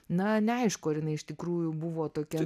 na neaišku ar jinai iš tikrųjų buvo tokia